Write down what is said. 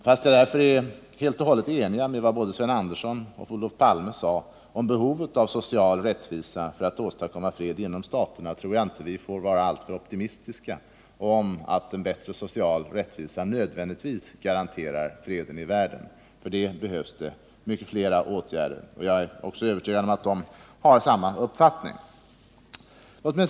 Fastän jag således är helt och hållet överens med både Sven Andersson och Olof Palme om vad de sade om behovet av social rättvisa för åstadkommande av fred mellan stater, tror jag inte att vi får vara alltför optimistiska och tro att en bättre social rättvisa nödvändigtvis garanterar freden i världen. För det behövs det nämligen många fler åtgärder. Jag är också övertygad om att de har samma uppfattning som jag.